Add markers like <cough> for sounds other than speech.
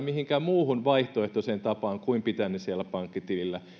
<unintelligible> mihinkään muuhun vaihtoehtoiseen tapaan kuin että pitää ne siellä pankkitilillä